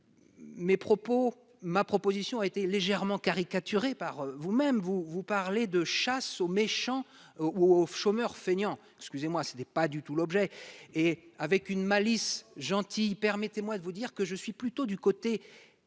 mes propos ma proposition a été légèrement caricaturer par vous-même, vous vous parlez de chasse aux méchants of chômeur fainéant, excusez-moi, ce n'est pas du tout l'objet et avec une malice gentille, permettez-moi de vous dire que je suis plutôt du côté